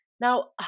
Now